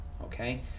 okay